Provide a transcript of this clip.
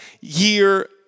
year